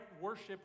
worship